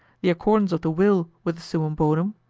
the accordance of the will with the summum bonum,